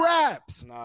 raps